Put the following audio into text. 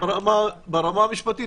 ברמה המשפטית,